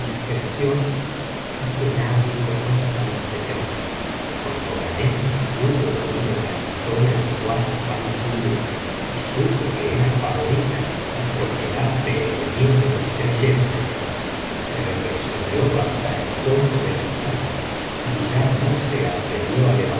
y que nadie conozca mi secreto cuando grhanem hubo oído la historia de kuat al kulub y supo que era favorita y propiedad del emir de los creyentes retrocedió hasta el fondo de la sala y ya no se atrevió á